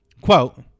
quote